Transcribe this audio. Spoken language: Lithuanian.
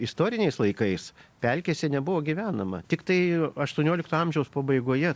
istoriniais laikais pelkėse nebuvo gyvenama tiktai aštuoniolikto amžiaus pabaigoje